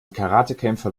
karatekämpfer